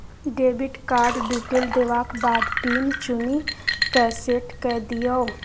debit card detail देबाक बाद pin चुनि कए सेट कए दियौ